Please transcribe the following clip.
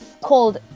called